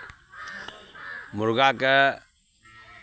मुर्गाके